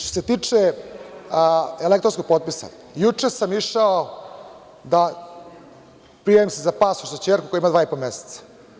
Što se tiče elektronskog potpisa, juče sam išao da prijavim se za pasoš, za ćerku koja ima dva i po meseca.